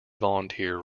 volunteer